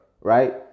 Right